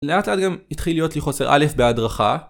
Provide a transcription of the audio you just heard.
לאט לאט גם התחיל להיות לי חוסר א' בהדרכה